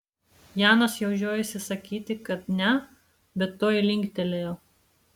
janas jau žiojosi sakyti kad ne bet tuoj linktelėjo